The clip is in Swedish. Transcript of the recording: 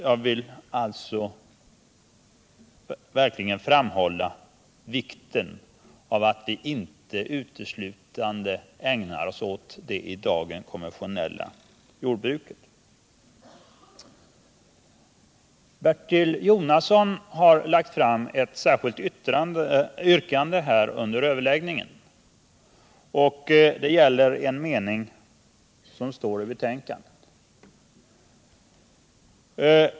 Jag vill alltså framhålla vikten av att vi inte uteslutande ägnar oss åt det i dag konventionella jordbruket. Bertil Jonasson har under överläggningen framställt ett särskilt yrkande. Det gäller en mening i betänkandet, som han vill skall utgå.